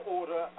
order